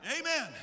Amen